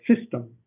system